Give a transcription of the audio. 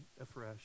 afresh